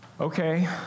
Okay